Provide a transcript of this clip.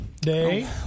day